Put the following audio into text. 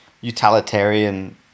utilitarian